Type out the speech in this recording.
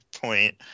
point